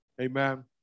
amen